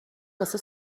واسه